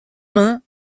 mains